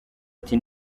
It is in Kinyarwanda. ati